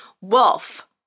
wolf